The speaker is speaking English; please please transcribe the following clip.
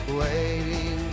waiting